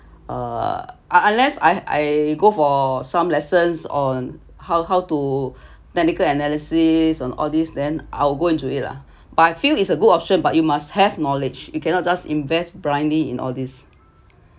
err un~ unless I I go for some lessons on how how to technical analysis on all these then I will go into it lah but I feel is a good option but you must have knowledge you cannot just invest blindly in all these